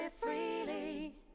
freely